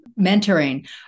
mentoring